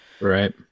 right